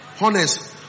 honest